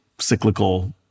Cyclical